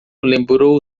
lembrou